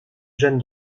jeanne